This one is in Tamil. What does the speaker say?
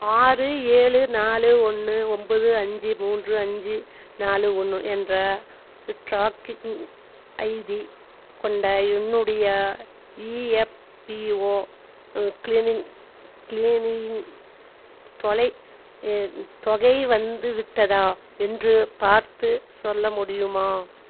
ஆறு ஏழு நாலு ஒன்று ஒம்போது அஞ்சு மூன்று அஞ்சு நாலு ஒன்று என்ற ட்ராக்கிங் ஐடி கொண்ட என்னுடைய இஎஃப்பிஓ க்ளினிங் க்ளினிங் தொகை வந்துவிட்டதா என்று பார்த்துச் சொல்ல முடியுமா